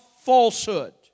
falsehood